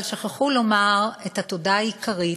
אבל שכחו לומר את התודה העיקרית,